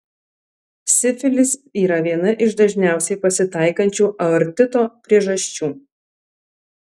sifilis yra viena iš dažniausiai pasitaikančių aortito priežasčių